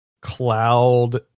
cloud